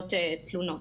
כשמתקבלות תלונות.